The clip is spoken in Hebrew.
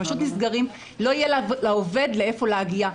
לא יהיה לעובד לאן להגיע.